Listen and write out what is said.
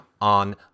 on